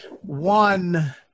one